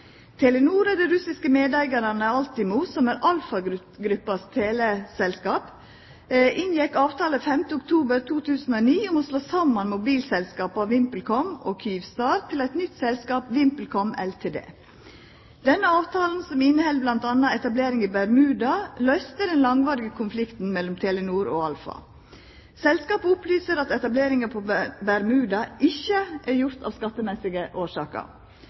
Telenor og dei russiske medeigarane Altimo, som er Alfagruppens teleselskap, inngjekk den 5. oktober 2009 avtale om å slå saman mobilselskapa VimpelCom og Kyivstar til eit nytt selskap: VimpelCom Ltd. Denne avtalen, som inneheld bl.a. etablering i Bermuda, løyste den langvarige konflikten mellom Telenor og Alfa. Selskapet opplyser at etableringa på Bermuda ikkje er gjord av skattemessige årsaker,